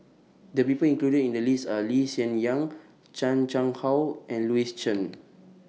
The People included in The list Are Lee Hsien Yang Chan Chang How and Louis Chen